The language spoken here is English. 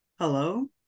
Hello